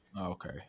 Okay